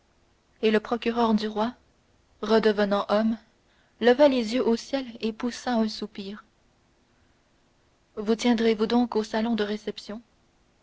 et le procureur du roi redevenant homme leva les yeux au ciel et poussa un soupir vous tiendrez-vous donc au salon de réception